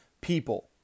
people